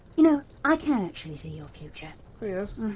you know, i can actually see your future. oh yes?